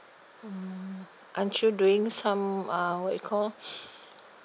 mm aren't you doing some uh what you call